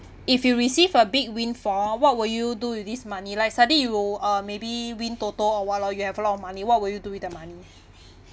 if you receive a big windfall what will you do with this money like suddenly you uh maybe win toto or what lor you have a lot of money what will you do with the money